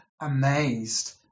amazed